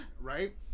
right